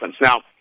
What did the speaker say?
Now